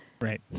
Right